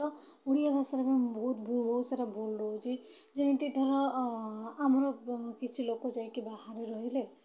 ତ ଓଡ଼ିଆ ଭାଷାରେ ବହୁତ ବହୁତ ସାରା ଭୁଲ୍ ରହୁଛି ଯେମିତି ଧର ଆମର କିଛି ଲୋକ ଯାଇକି ବାହାରେ ରହିଲେ